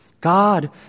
God